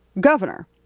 governor